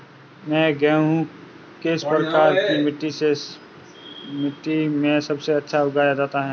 गेहूँ किस प्रकार की मिट्टी में सबसे अच्छा उगाया जाता है?